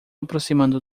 aproximando